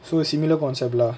so similar concept lah